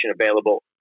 available